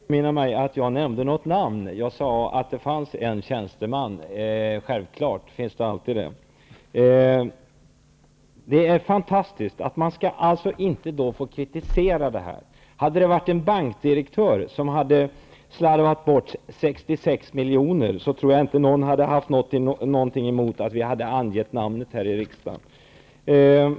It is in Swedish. Fru talman! Jag kan inte påminna mig att jag nämnde något namn. Jag sade att det gällde en tjänsteman. Det är fantastiskt att man inte skall få kritisera det här. Hade det varit en bankdirektör som hade slarvat bort 66 miljoner, tror jag inte att någon hade haft något emot att vi hade angett namnet här i riksdagen.